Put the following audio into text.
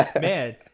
Man